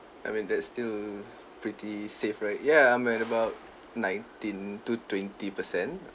I mean that's still pretty safe right ya I'm at about nineteen to twenty per cent